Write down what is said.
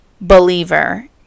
believer